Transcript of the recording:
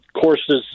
courses